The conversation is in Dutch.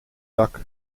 dak